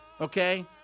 Okay